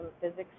physics